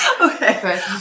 Okay